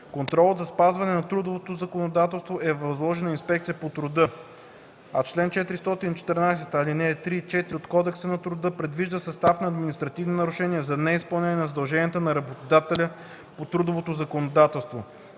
Контролът за спазване на трудовото законодателство е възложен на Инспекцията по труда, а чл. 414, ал. 3 и 4 от Кодекса на труда предвижда състави на административни нарушения за неизпълнение на задълженията на работодателя по трудовото законодателство.